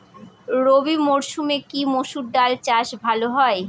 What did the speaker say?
রবি মরসুমে কি মসুর ডাল চাষ ভালো হয়?